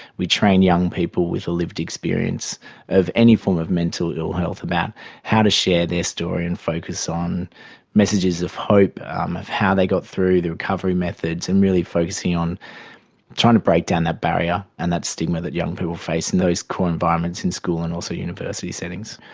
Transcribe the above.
we train young people with a lived experience of any form of mental ill health, about how to share their story and focus on messages of hope, um of how they got through, their recovery methods, and really focusing on trying to break down that barrier and that stigma that young people face in those core environments in school and also university settings.